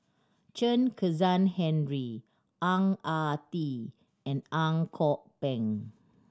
Chen Kezhan Henri Ang Ah Tee and Ang Kok Peng